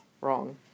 Wrong